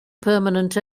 permanent